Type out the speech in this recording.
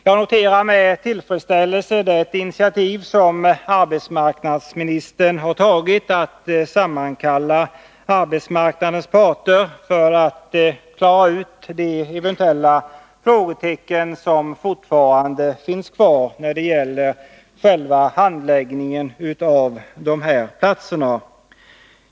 Jag noterar med tillfredsställelse det initiativ som arbetsmarknadsministern har tagit, när han sammankallat arbetsmarknadens parter för att klara ut de frågetecken som eventuellt fortfarande finns kvar när det gäller själva handläggningen av frågan om de här platserna.